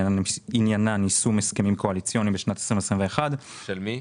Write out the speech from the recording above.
שעניינן יישום הסכמים קואליציוניים בשנת 2021. של מי?